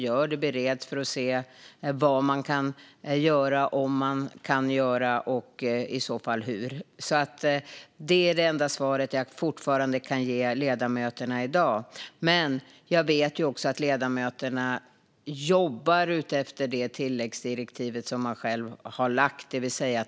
Frågan bereds för att se om något kan göras och i så fall vad och hur. Det är fortfarande det enda svar jag kan ge ledamöterna i dag. Men jag vet också att ledamöterna jobbar utifrån det tilläggsdirektiv man själv har lagt.